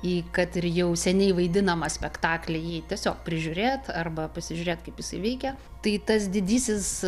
į kad ir jau seniai vaidinamą spektaklį jį tiesiog prižiūrėt arba pasižiūrėt kaip jisai veikia tai tas didysis